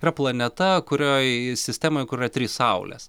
yra planeta kurioj sistemoj kur yra trys saulės